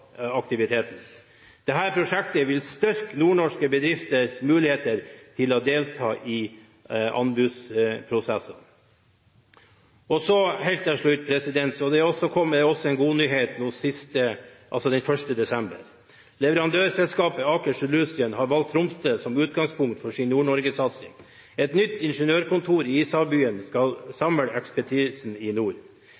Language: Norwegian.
prosjektet vil styre nordnorske bedrifters muligheter til å delta i anbudsprosesser. Helt til slutt kan jeg komme med en god nyhet, fra 1. desember. Leverandørselskapet Aker Solutions har valgt Tromsø som utgangspunkt for sin Nord-Norge-satsing. Et nytt ingeniørkontor i Ishavsbyen skal